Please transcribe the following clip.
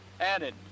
added